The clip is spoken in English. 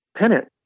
pennant